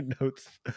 notes